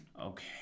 okay